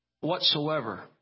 whatsoever